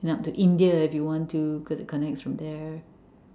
ya to India if you want to cause it connects from there